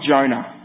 Jonah